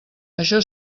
això